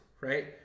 right